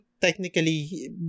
Technically